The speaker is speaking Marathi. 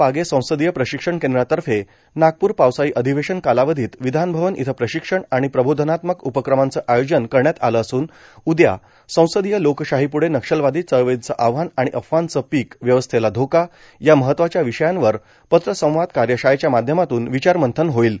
पागे संसदीय प्रशिक्षण केंद्रातर्फे नागपूर पावसाळी अधिवेशन कालावधीत विधानभवन इथं प्रशिक्षण आणि प्रबोधनात्मक उपक्रमांचं आयोजन करण्यात आलं असून उद्या संसदीय लोकशाहीपुढे नक्षलवादी चळवर्ठीचं आव्हान आणि अफवांचं पिक व्यवस्थेला धोका या महत्वाच्या विषयांवर पत्रसंवाद कार्यशाळेच्या माध्यमातून विचारमंथन होईल